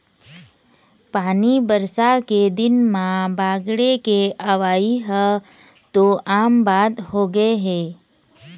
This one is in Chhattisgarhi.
पानी बरसा के दिन म बाड़गे के अवइ ह तो आम बात होगे हे